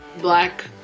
black